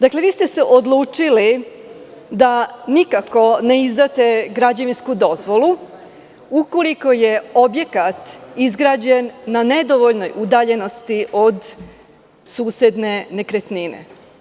Dakle, vi ste se odlučili da nikako ne izdate građevinsku dozvolu, ukoliko je objekat izgrađen na nedovoljnoj udaljenosti od susedne nekretnine.